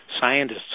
scientists